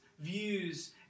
views